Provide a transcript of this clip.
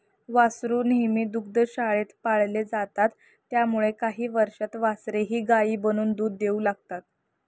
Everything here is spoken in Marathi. वासरू नेहमी दुग्धशाळेत पाळले जातात त्यामुळे काही वर्षांत वासरेही गायी बनून दूध देऊ लागतात